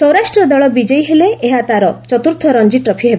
ସୌରାଷ୍ଟ୍ର ଦଳ ବିଜୟୀ ହେଲେ ଏହା ତା'ର ଚତ୍ରର୍ଥ ରଣଜୀଟ୍ରଫି ହେବ